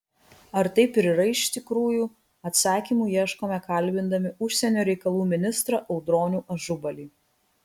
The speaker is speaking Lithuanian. ar taip ir yra iš tikrųjų atsakymų ieškome kalbindami užsienio reikalų ministrą audronių ažubalį